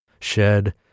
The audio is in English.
shed